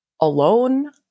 alone